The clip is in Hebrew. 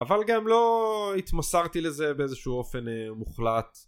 אבל גם לא התמסרתי לזה באיזשהו אופן מוחלט